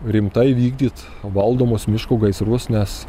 rimtai vykdyt valdomus miškų gaisrus nes